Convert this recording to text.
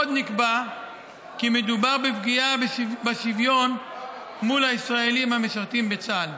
עוד נקבע כי מדובר בפגיעה בשוויון מול הישראלים המשרתים בצה"ל.